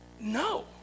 no